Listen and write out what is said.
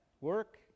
Work